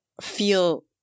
feel